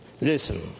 listen